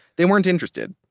they weren't interested.